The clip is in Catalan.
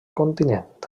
continent